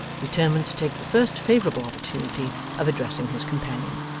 determined to take the first favourable opportunity of addressing his companion.